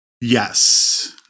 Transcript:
yes